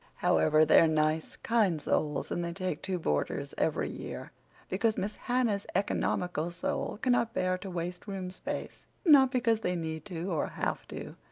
however, they're nice, kind souls, and they take two boarders every year because miss hannah's economical soul cannot bear to waste room space' not because they need to or have to,